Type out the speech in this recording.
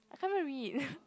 I can't even read